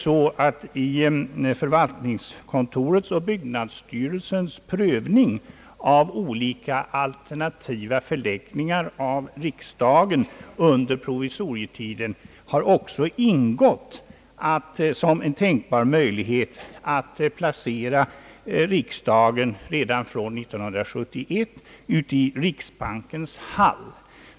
Vid förvaltningskontorets och byggnadsstyrelsens prövning av olika alternativa förläggningar av riksdagen under provisorietiden har som tänkbar möjlighet ingått att redan från 1971 placera den nya riksdagen i riksbankens hall.